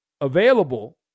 available